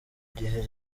gihe